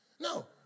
No